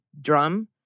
drum